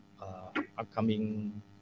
upcoming